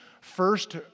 first